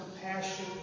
compassion